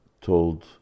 told